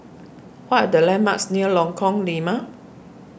what are the landmarks near Lengkong Lima